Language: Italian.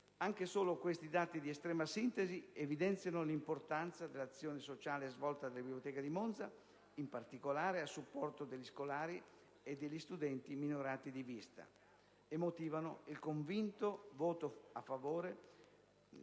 Anche solo questi dati di estrema sintesi evidenziano l'importanza dell'azione sociale svolta dalla Biblioteca di Monza, in particolare a supporto degli scolari e degli studenti minorati di vista, e motivano il convinto voto a favore